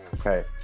Okay